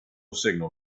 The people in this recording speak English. signal